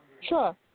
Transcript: Sure